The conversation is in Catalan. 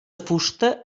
fusta